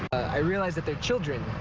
i realize that they're children,